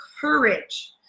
courage